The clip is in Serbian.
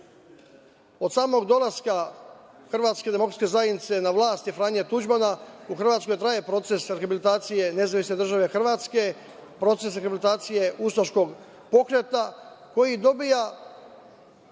Od samog dolaska Hrvatske demokratske zajednice na vlast i Franje Tuđmana, u Hrvatskoj traje proces rehabilitacije NDH, proces rehabilitacije ustaškog pokreta koji dobija